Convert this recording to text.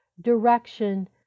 direction